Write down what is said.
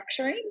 structuring